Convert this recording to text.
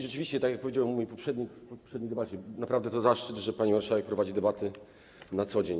Rzeczywiście, tak jak powiedział mój poprzednik w tej debacie, naprawdę to zaszczyt, że pani marszałek prowadzi debaty na co dzień.